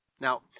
Now